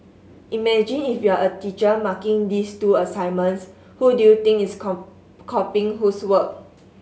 imagine if you are a teacher marking these two assignments who do you think is copying whose work